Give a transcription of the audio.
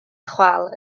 chwâl